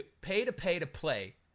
Pay-to-pay-to-play